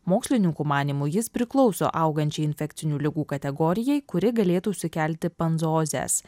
mokslininkų manymu jis priklauso augančiai infekcinių ligų kategorijai kuri galėtų sukelti panzoozes